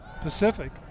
Pacific